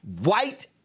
white